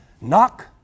Knock